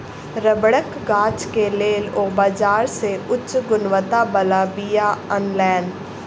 रबड़क गाछ के लेल ओ बाजार से उच्च गुणवत्ता बला बीया अनलैन